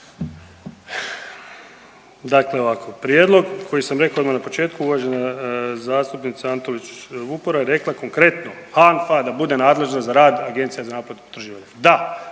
Dakle ovako. Prijedlog, koji sam rekao odmah na početku, uvažena zastupnica Antolić Vupora je rekla konkretno, HANFA da bude nadležna za rad agencija za naplatu potraživanja. Da.